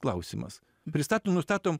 klausimas pristatom nustatom